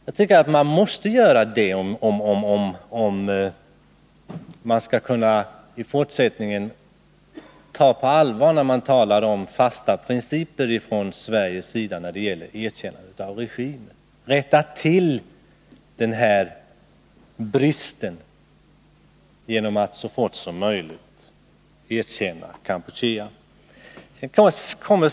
Jag tycker att man måste göra det om man i fortsättningen skall tas på allvar när man talar om fasta principer från Sveriges sida i fråga om erkännandet av regimer. Rätta till den här bristen genom att så fort som möjligt erkänna Kampuchea!